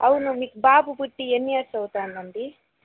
అవును మీకు బాబు పుట్టి ఎన్ని ఇయర్స్ అవుతుంది అండి